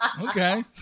Okay